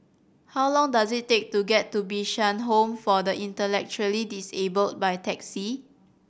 how long does it take to get to Bishan Home for the Intellectually Disabled by taxi